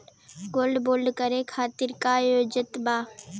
Gold bond करे खातिर का योग्यता बा?